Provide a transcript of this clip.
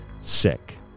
sick